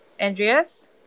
Andreas